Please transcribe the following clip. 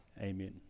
Amen